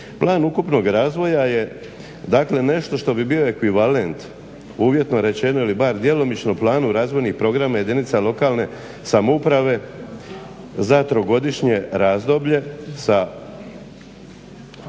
Plan ukupnog razvoja je dakle nešto što bi bio ekvivalent uvjetno rečeno ili bar djelomično planu razvojnih programa jedinica lokalne samouprave za 3-godišnje razdoblje sa